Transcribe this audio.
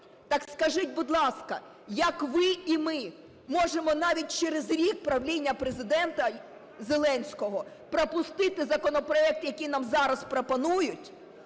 Так скажіть, будь ласка, як ви і ми можемо навіть через рік правління Президента Зеленського пропустити законопроект, який нам зараз пропонують,